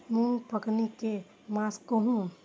मूँग पकनी के मास कहू?